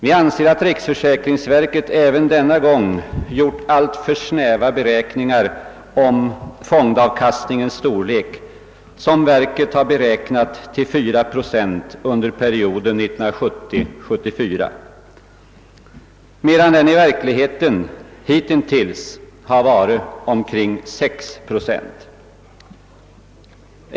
Vi anser att riksförsäkringsverket även denna gång gjort alltför snäva beräkningar om fondavkastningens storlek, som verket beräknat till 4 procent under perioden 1970—1974, medan den i verkligheten hitintills har varit omkring 6 procent.